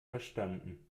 verstanden